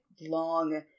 long